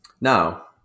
Now